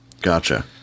Gotcha